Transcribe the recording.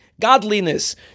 godliness